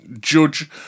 judge